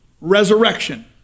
resurrection